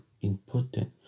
important